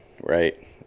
right